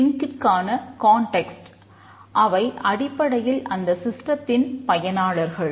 சிஸ்டத்தின் பயனாளர்கள்